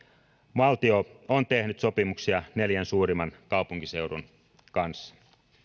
valtio on tehnyt sopimuksia neljän suurimman kaupunkiseudun kanssa